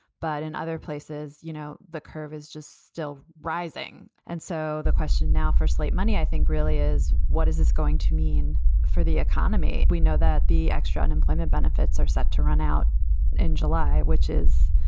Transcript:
but in other places, you know, the curve is just still rising. and so the question now for slate money, i think really is what is this going to mean for the economy? we know that the extra unemployment benefits are set to run out in july, which is,